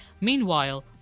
Meanwhile